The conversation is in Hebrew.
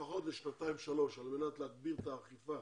לפחות לשנתיים-שלוש על מנת להגביר את האכיפה